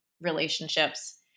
relationships